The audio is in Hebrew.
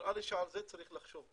ונראה לי שעל זה צריך לחשוב,